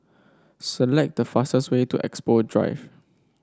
select the fastest way to Expo Drive